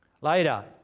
Later